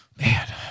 man